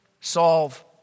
solve